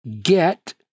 get